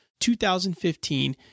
2015